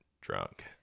drunk